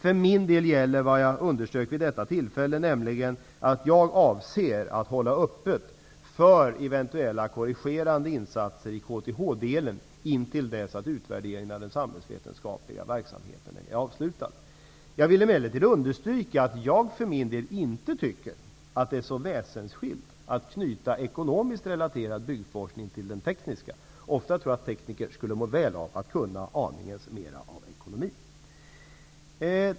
För min del gäller vad jag underströk vid detta tillfälle, nämligen att jag avser att hålla öppet för eventuella korrigerande insatser i KTH-delen intill dess att utvärderingen av den samhällsvetenskapliga verksamheten är avslutad. Jag vill emellertid understryka att jag för min del inte tycker att det är så väsensskilt att knyta ekonomiskt relaterad byggforskning till den tekniska. Ofta tror jag att tekniker skulle må väl av att kunna aningens mer av ekonomi.